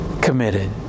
committed